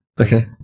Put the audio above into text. Okay